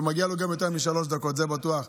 ומגיע לו גם יותר משלוש דקות, זה בטוח.